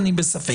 אני בספק.